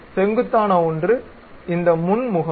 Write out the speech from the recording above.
செங்குத்தான ஒன்று இந்த முன் முகம்